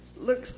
looks